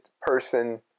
person